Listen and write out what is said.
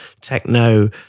techno